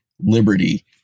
liberty